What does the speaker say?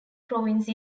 province